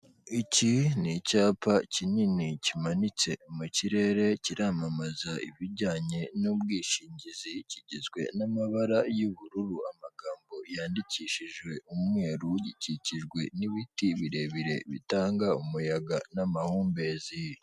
Iki ni icyapa kinini kimanitse mu kirere kiramamaza ibijyanye n'ubwishingizi kigizwe n'amabara y'ubururu amagambo yandikishi umweru gikikijwe n'ibiti birebire bitanga umuyaga n'amahumbezi.